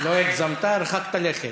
לא הגזמת, הרחקת לכת.